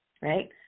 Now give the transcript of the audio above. right